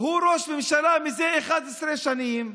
הוא ראש ממשלה זה 11 שנים.